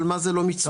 אבל מה זה לא מיצו,